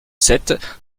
sept